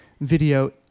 video